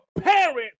parents